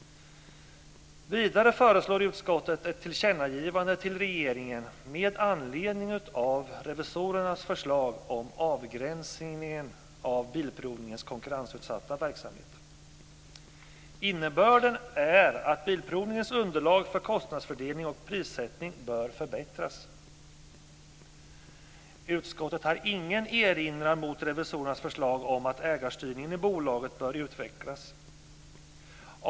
Vidare föreslår utskottet ett tillkännagivande till regeringen med anledning av revisorernas förslag om avgränsningen av Bilprovningens konkurrensutsatta verksamhet. Innebörden är att Bilprovningens underlag för kostnadsfördelning och prissättning bör förbättras. Utskottet har ingen erinran mot revisorernas förslag om att ägarstyrningen i bolaget bör utvecklas.